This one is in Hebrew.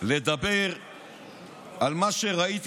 לדבר על מה שראיתי